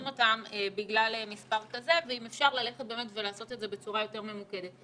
אותם בגלל מספר כזה ואם אפשר ללכת באמת ולעשות את זה בצורה יותר ממוקדת.